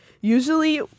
usually